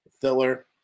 Filler